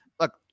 Look